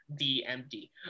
DMD